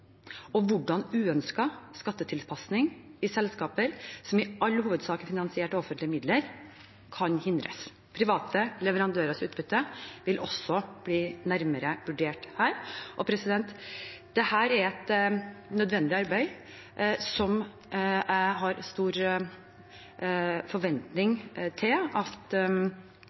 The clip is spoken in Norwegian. og hvordan uønsket skattetilpasning i selskaper som i all hovedsak er finansiert av offentlige midler, kan hindres. Private leverandørers utbytte vil også bli nærmere vurdert her. Dette er et nødvendig arbeid som jeg har stor forventning til at